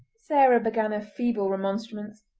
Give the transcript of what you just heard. sarah began a feeble remonstrance,